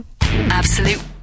Absolute